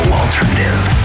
alternative